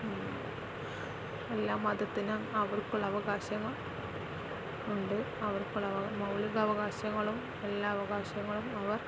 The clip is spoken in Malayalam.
എല്ലാ മതത്തിനും അവർക്കുള്ള അവകാശങ്ങൾ ഉണ്ട് അവർക്കുള്ള മൗലിക അവകാശങ്ങളും എല്ലാ അവകാശങ്ങളും അവർ